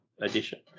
edition